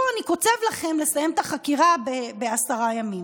פה אני קוצב לכם לסיים את החקירה בעשרה ימים.